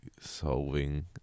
solving